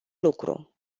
lucru